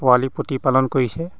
পোৱালি প্ৰতিপালন কৰিছে